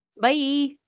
Bye